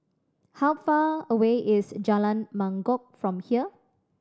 how far away is Jalan Mangkok from here